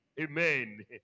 Amen